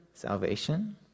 Salvation